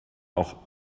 auch